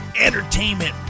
entertainment